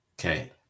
okay